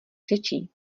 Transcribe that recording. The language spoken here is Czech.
řečí